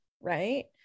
right